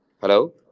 Hello